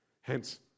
Hence